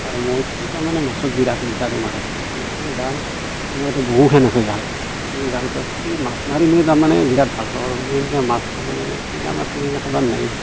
আৰু মইতো তাৰমানে মাছত বিৰাট নিচা মোকতো জাল মোৰতো বহুখন আছে জাল মই জাল পাতি মাছ মাৰি মই তাৰমানে বিৰাট ভাল পাওঁ আৰু মই এনেকৈ মাছ তাৰমানে কিনা মাছ তেনেকৈ খাবাৰ নাই